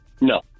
No